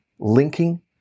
linking